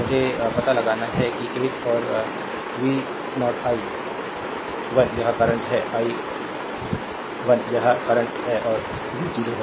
मुझे पता लगाना है कि 1 और v0 i 1 यह करंट है i 1 यह करंट है और v0 है